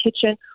kitchen